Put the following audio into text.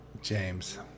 james